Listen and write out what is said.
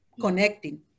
connecting